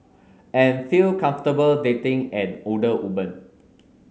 and feel comfortable dating an older woman